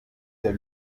der